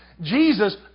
Jesus